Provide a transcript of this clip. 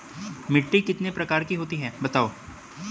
मिट्टी कितने प्रकार की होती हैं बताओ?